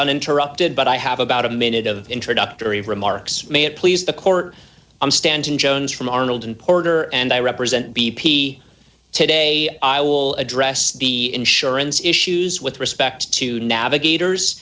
uninterrupted but i have about a minute of introductory remarks may it please the court i'm stanton jones from arnold and porter and i represent b p today i will address the insurance issues with respect to navigators